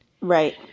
Right